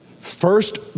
First